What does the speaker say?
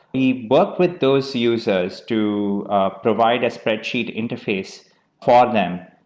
we work with those users to ah provide a spreadsheet interface for them.